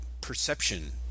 perception